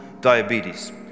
diabetes